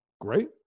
great